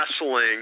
wrestling